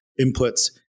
inputs